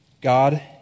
God